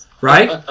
Right